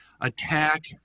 attack